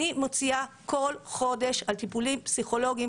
אני מוציאה כל חודש על טיפולים פסיכולוגים